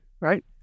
right